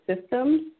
systems